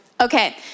Okay